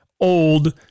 old